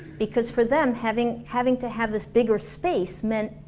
because for them, having having to have this bigger space meant,